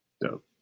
Dope